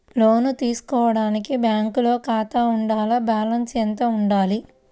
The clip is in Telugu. లోను తీసుకోవడానికి బ్యాంకులో ఖాతా ఉండాల? బాలన్స్ ఎంత వుండాలి?